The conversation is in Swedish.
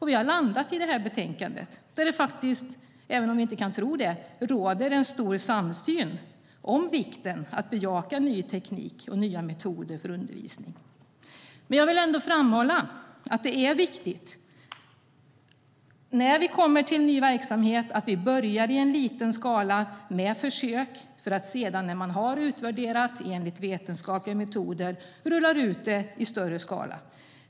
Vi har landat i det här betänkandet, där det - även om man inte kan tro det - råder stor samsyn om vikten av att bejaka ny teknik och nya metoder för undervisning. Jag vill ändå framhålla att det när det gäller ny verksamhet är viktigt att börja i liten skala med försök för att sedan, när man har utvärderat enligt vetenskapliga metoder, rulla ut det i större skala.